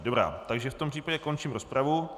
Dobrá, takže v tom případě končím rozpravu.